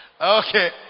Okay